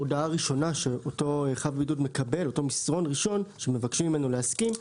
ראשונה שאותו אחד מקבל ובה מבקשים ממנו להסכים,